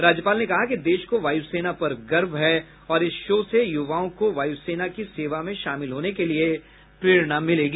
राज्यपाल ने कहा कि देश को वायुसेना पर गर्व है और इस शो से युवाओं को वायुसेना की सेवा में शामिल होने के लिये प्रेरणा मिलेगी